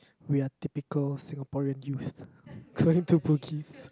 we are typical Singaporean youths going to Bugis